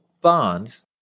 bonds